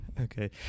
Okay